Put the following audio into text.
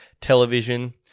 television